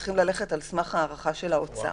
צריכים ללכת על סמך ההערכה של האוצר.